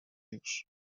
już